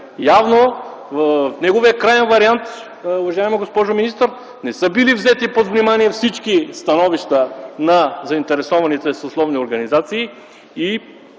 времето, в неговия краен вариант, уважаема госпожо министър, не са били взети под внимание всички становища на заинтересованите съсловни организации